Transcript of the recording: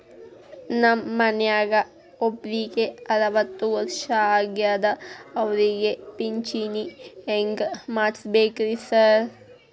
ನಮ್ ಮನ್ಯಾಗ ಒಬ್ರಿಗೆ ಅರವತ್ತ ವರ್ಷ ಆಗ್ಯಾದ ಅವ್ರಿಗೆ ಪಿಂಚಿಣಿ ಹೆಂಗ್ ಮಾಡ್ಸಬೇಕ್ರಿ ಸಾರ್?